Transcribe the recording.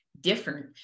different